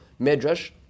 medrash